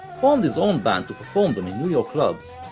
formed his own band to perform them in new york clubs,